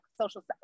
social